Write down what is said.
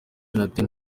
nateye